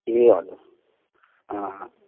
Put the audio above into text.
ए हजुर अँ